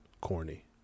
corny